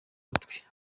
butwi